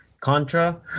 Contra